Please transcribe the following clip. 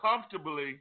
comfortably